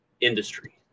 industry